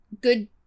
good